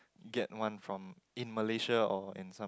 get one from in Malaysia or and some